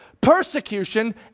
persecution